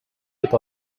with